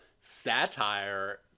satire